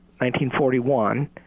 1941